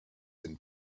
and